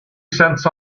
cents